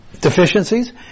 deficiencies